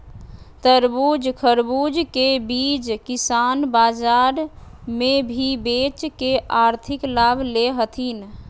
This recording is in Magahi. तरबूज, खरबूज के बीज किसान बाजार मे भी बेच के आर्थिक लाभ ले हथीन